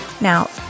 Now